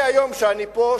מהיום שאני פה,